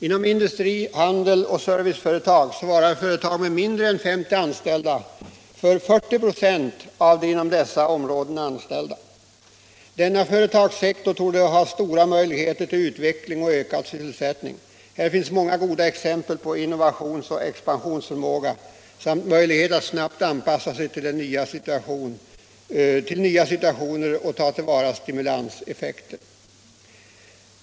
Inom industri, handel och service svarar företag med mindre än 50 anställda för 40 96 av de inom dessa områden anställda. Denna företagssektor torde ha stora möjligheter till utveckling och ökad sysselsättning. Här finns många goda exempel på innovationsoch expansionsförmåga samt möjlighet att snabbt anpassa sig till nya situationer och att ta till vara stimulanseffekter.